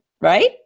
right